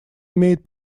имеет